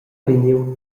vegniu